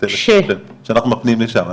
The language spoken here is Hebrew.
שאנחנו מפנים לשם,